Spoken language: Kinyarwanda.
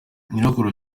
nyirakuru